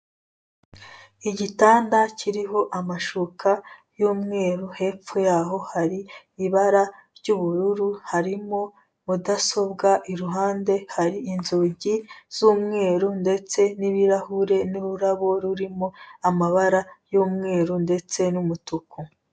Igitanda kiriho amashuka y'umweru, hepfo yaho hari ibara ry'ubururu, harimo mudasobwa, iruhande hari inzugi z'umweru ndetse n'ibirahure n'ururabo rurimo amabara y'umweru ndetse n'umutuku.